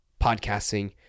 podcasting